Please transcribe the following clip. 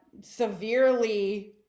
severely